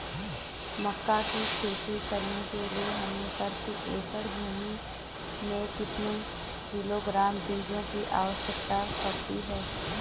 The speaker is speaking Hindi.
मक्का की खेती करने के लिए हमें प्रति एकड़ भूमि में कितने किलोग्राम बीजों की आवश्यकता पड़ती है?